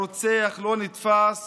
הרוצח לא נתפס